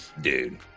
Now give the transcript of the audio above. Dude